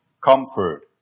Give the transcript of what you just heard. comfort